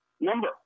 number